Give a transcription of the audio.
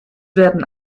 werden